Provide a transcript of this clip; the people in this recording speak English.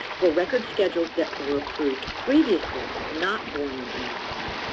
for records schedules that are approved previously, not born in era,